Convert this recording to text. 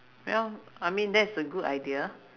well I mean that's a good idea